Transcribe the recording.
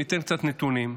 ניתן קצת נתונים: